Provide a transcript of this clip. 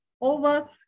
over